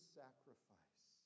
sacrifice